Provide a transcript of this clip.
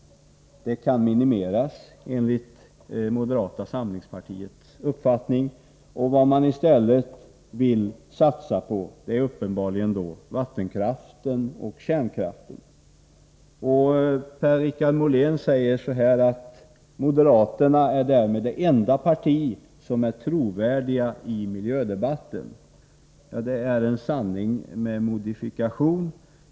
Enligt moderata samlingspartiets uppfattning kan användningen minimeras. Uppenbarligen vill man i stället satsa på vattenkraften och kärnkraften. Per-Richard Molén sade att moderata samlingspartiet därmed är det enda parti som är trovärdigt i miljödebatten. Detta är en sanning med modifikation.